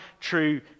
true